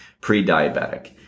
pre-diabetic